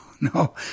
no